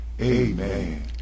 amen